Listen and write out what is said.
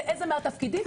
באיזה מהתפקידים,